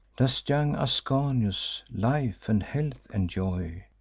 does young ascanius life and health enjoy,